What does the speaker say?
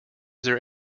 there